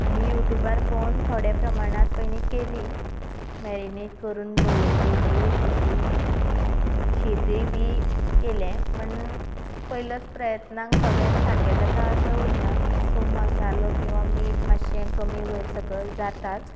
आनी यूट्यूबार पळोवन थोडे प्रमाणान पयलीं केली मेरीनेट करून दवरली बी तशी शीतय बी केले पूण पयलेच प्रयत्नाक सगळेंच सारकें जाता अशें उरना सो मसालो किंवां मीठ मातशें कमी वयर सकयल जाताच